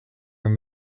him